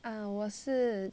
嗯我是